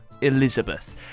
Elizabeth